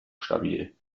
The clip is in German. stabil